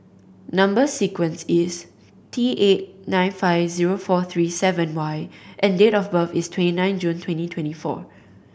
number sequence is T eight nine five zero four three seven Y and date of birth is twenty nine June twenty twenty four